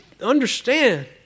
understand